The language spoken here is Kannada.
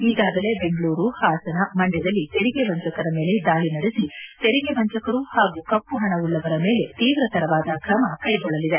ಈಗಾಗಲೇ ಬೆಂಗಳೂರು ಹಾಸನ ಮಂಡ್ಯದಲ್ಲಿ ತೆರಿಗೆ ವಂಚಕರ ಮೇಲೆ ದಾಳಿ ನಡೆಸಿ ತೆರಿಗೆ ವಂಚಕರು ಹಾಗೂ ಕಪ್ಪು ಹಣವುಳ್ಳವರ ಮೇಲೆ ತೀವ್ರತರವಾದ ಕ್ರಮ ಕೈಗೊಳ್ಳಲಿದೆ